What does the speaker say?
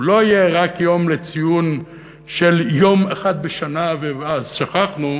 הוא לא יהיה רק יום לציון של יום אחד בשנה ואז שכחנו,